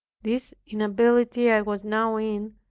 this inability i was now in,